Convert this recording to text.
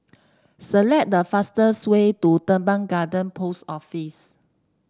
select the fastest way to Teban Garden Post Office